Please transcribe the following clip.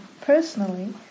personally